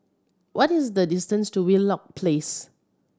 what is the distance to Wheelock Place